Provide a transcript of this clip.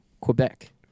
Quebec